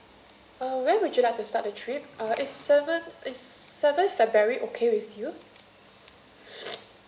uh when would you like to start the trip uh is seventh is seventh february okay with you